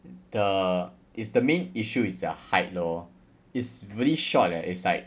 the is the main issue is their height lor it's really short eh it's like